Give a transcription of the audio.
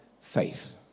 faith